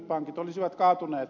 pankit olisivat kaatuneet